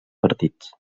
partits